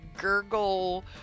gurgle